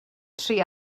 tri